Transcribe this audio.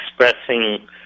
expressing